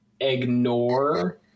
ignore